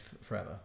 Forever